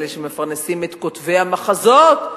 אלה שמפרנסים את כותבי המחזות,